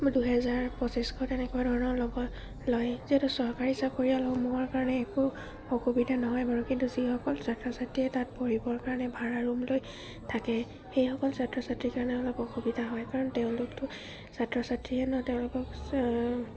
দুহেজাৰ পঁচিছশ তেনেকুৱা ধৰণৰ লগত লয় যিহেতু চৰকাৰী চাকৰিয়ালসমূহৰ কাৰণে একো অসুবিধা নহয় বাৰু কিন্তু যিসকল ছাত্ৰ ছাত্ৰীয়ে তাত পঢ়িবৰ কাৰণে ভাড়া ৰুম লৈ থাকে সেইসকল ছাত্ৰ ছাত্ৰীৰ কাৰণে অলপ অসুবিধা হয় কাৰণ তেওঁলোকতো ছাত্ৰ ছাত্ৰীহে ন তেওঁলোকক